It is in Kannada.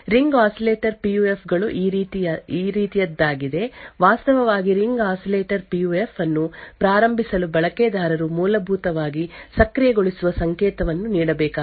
ರಿಂಗ್ ಆಸಿಲೇಟರ್ ಪಿಯುಎಫ್ ಗಳು ಈ ರೀತಿಯದ್ದಾಗಿದೆ ವಾಸ್ತವವಾಗಿ ರಿಂಗ್ ಆಸಿಲೇಟರ್ PUF ಅನ್ನು ಪ್ರಾರಂಭಿಸಲು ಬಳಕೆದಾರರು ಮೂಲಭೂತವಾಗಿ ಸಕ್ರಿಯಗೊಳಿಸುವ ಸಂಕೇತವನ್ನು ನೀಡಬೇಕಾಗುತ್ತದೆ ಮೂಲಭೂತವಾಗಿ ಸಕ್ರಿಯಗೊಳಿಸುವಿಕೆಯನ್ನು 0 ರಿಂದ 1 ಕ್ಕೆ ಬದಲಾಯಿಸಿ ಮತ್ತು ಸವಾಲನ್ನು ಸಹ ನಿರ್ದಿಷ್ಟಪಡಿಸಬೇಕು